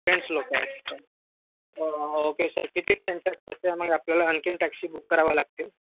friends लोक आहेत okay sir किती फ्रेंडस् आहेत तसं मग आपल्याला आणखी टॅक्सी बुक करावी लागतील